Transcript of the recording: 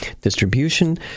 distribution